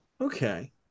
Okay